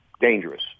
dangerous